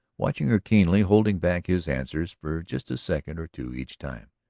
watching her keenly, holding back his answers for just a second or two each time.